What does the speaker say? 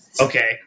Okay